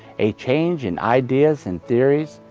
a change in ideas and theories,